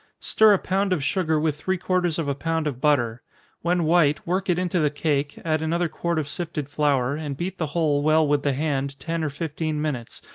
stir a pound of sugar with three-quarters of a pound of butter when white, work it into the cake, add another quart of sifted flour, and beat the whole well with the hand ten or fifteen minutes,